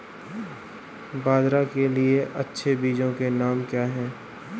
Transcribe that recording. बाजरा के लिए अच्छे बीजों के नाम क्या हैं?